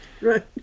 right